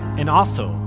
and also,